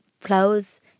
clothes